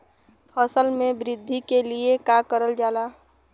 फसल मे वृद्धि के लिए का करल जाला?